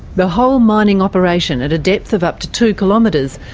the whole mining operation, at a depth of up to two kilometres,